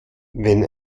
wenn